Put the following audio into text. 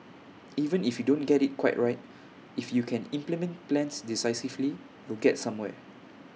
even if you don't get IT quite right if you can implement plans decisively you get somewhere